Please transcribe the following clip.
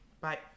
bye